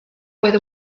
oedd